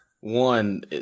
one